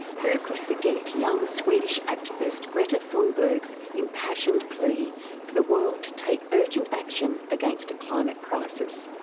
who could forget young swedish activist greta thunberg's impassioned plea for the world to take urgent action against a climate crisis.